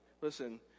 listen